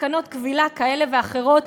תקנות כבילה כאלה ואחרות.